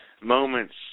moments